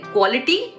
Quality